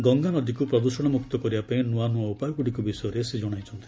ଗଙ୍ଗାନଦୀକୁ ପ୍ରଦୃଷଣମୁକ୍ତ କରିବା ପାଇଁ ନୂଆ ନୂଆ ଉପାୟଗୁଡ଼ିକ ବିଷୟରେ ସେ ଜଣାଇଛନ୍ତି